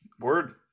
Word